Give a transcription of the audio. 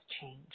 change